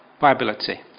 viability